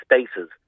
spaces